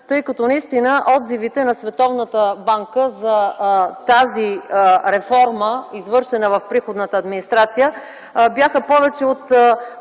тъй като наистина отзивите на Световната банка за тази реформа, извършена в приходната администрация, бяха повече от